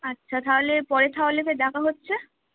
আচ্ছা তাহলে পরে তাহলে সে দেখা হচ্ছে